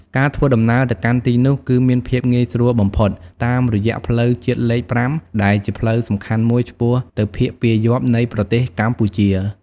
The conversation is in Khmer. ការធ្វើដំណើរទៅកាន់ទីនោះគឺមានភាពងាយស្រួលបំផុតតាមរយៈផ្លូវជាតិលេខ ៥ ដែលជាផ្លូវសំខាន់មួយឆ្ពោះទៅភាគពាយព្យនៃប្រទេសកម្ពុជា។